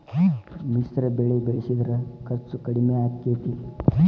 ಮಿಶ್ರ ಬೆಳಿ ಬೆಳಿಸಿದ್ರ ಖರ್ಚು ಕಡಮಿ ಆಕ್ಕೆತಿ?